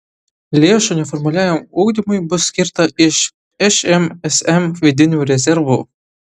lėšų neformaliajam ugdymui bus skirta iš šmsm vidinių rezervų